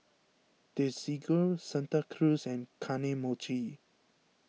Desigual Santa Cruz and Kane Mochi